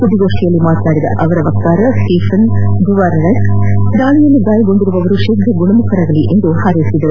ಸುದ್ದಿಗೋಷ್ಠಿಯಲ್ಲಿ ಮಾತನಾಡಿದ ಗುಥೇರಸ್ ಅವರ ವಕ್ತಾರ ಸ್ಸೀಫನ್ ಡುವಾರಾರಿಕ್ ದಾಳಿಯಲ್ಲಿ ಗಾಯಗೊಂಡಿರುವವರು ಶೀಘ್ರ ಗುಣಮುಖರಾಗಲಿ ಎಂದು ಹಾರೈಸಿದರು